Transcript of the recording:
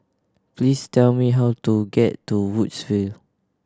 please tell me how to get to Woodsville